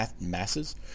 masses